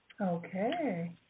Okay